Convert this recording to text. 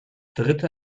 dritte